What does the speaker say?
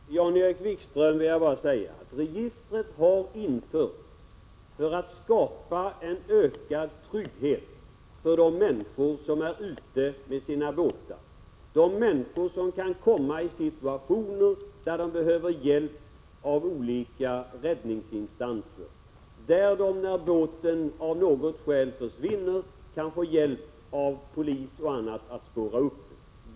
Herr talman! Till Jan-Erik Wikström vill jag säga att registret har införts för att skapa ökad trygghet för de människor som är ute med sina båtar, de människor som kan hamna i situationer där de behöver hjälp av olika räddningsinstanser. När båten av något skäl försvinner kan de få hjälp av polis och andra att spåra upp den.